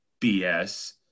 BS